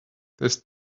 this